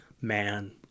man